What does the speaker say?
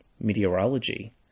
meteorology